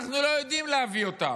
אנחנו לא יודעים להביא אותם,